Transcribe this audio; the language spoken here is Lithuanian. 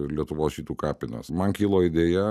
lietuvos žydų kapines man kilo idėja